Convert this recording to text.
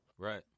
right